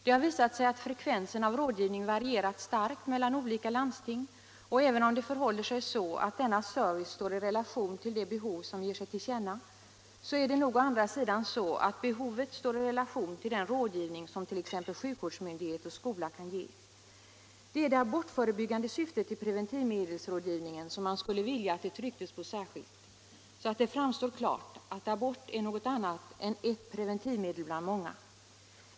Det har visat sig att frekvensen av rådgivning varierat starkt mellan olika landsting, och även om det förhåller sig så att denna service står i relation till det behov som ger sig till känna, så är det nog å andra sidan också så att behovet står i relation till den rådgivning som t.ex. sjukvårdsmyndighet och skola kan ge. Det är det abortförebyggande syftet i preventivmedelsrådgivningen som man skulle vilja att det trycktes på särskilt, så att det framstår klart att abort är något annat än ett preventivmedel bland många.